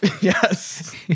Yes